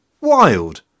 Wild